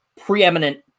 preeminent